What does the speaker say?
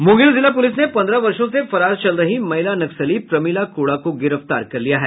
मुंगेर जिला पुलिस ने पन्द्रह वर्षो से फरार चल रही महिला नक्सली प्रमिला कोड़ा को गिरफ्तार कर लिया है